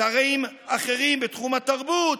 שרים אחרים, בתחום התרבות,